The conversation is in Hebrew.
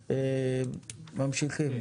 סעיף 107 אושר ממשיכים.